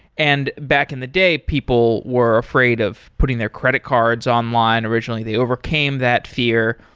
and back in the day, people were afraid of putting their credit cards online originally. they overcame that fear.